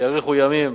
שיאריכו ימים,